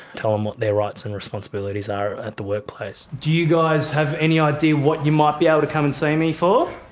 tell them what their rights and responsibilities are at the workplace. do you guys have any idea what you might be able to come and see me for?